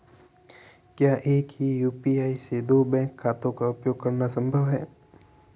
क्या एक ही यू.पी.आई से दो बैंक खातों का उपयोग करना संभव है?